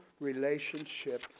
relationship